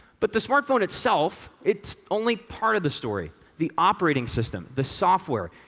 but the smartphone itself, it's only part of the story. the operating system, the software,